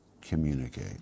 communicate